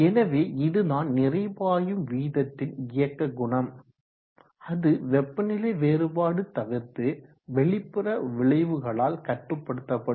எனவே இதுதான் நிறை பாயும் வீதத்தின் இயக்க குணம் அது வெப்பநிலை வேறுபாடு தவிர்த்து வெளிப்புற விளைவுகளால் கட்டுப்படுத்தப்படும்